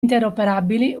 interoperabili